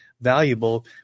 valuable